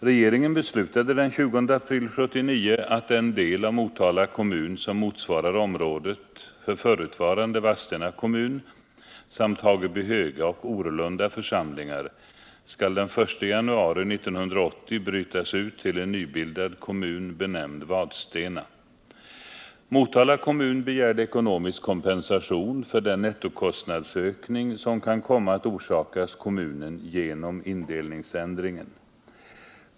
Regeringen beslutade den 20 april 1979 att den del av Motala kommun som motsvarar området för förutvarande Vadstena kommun samt Hagebyhöga och Orlunda församlingar skall den 1 januari 1980 brytas ut till en nybildad kommun, benämnd Vadstena. Motala kommun begärde ekonomisk kompensation för den nettokostnadsökning som kan komma att orsakas kommunen genom indelningsändringen.